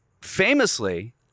famously